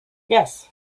yes